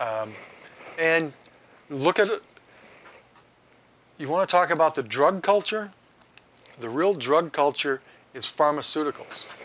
and look at you want to talk about the drug culture the real drug culture is pharmaceuticals